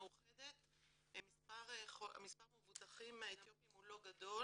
במאוחדת מספר המבוטחים האתיופים לא גדול